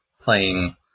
playing